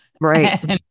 right